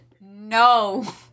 No